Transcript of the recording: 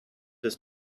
does